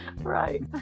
Right